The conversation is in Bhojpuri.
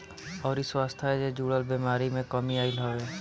अउरी स्वास्थ्य जे जुड़ल बेमारी में कमी आईल हवे